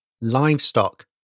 livestock